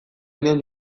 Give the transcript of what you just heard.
nion